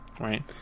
right